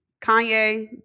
Kanye